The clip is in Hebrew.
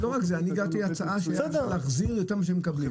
לא רק זה אני הגשתי הצעה שאפשר יהיה להחזיר יותר ממה שמקבלים.